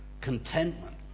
contentment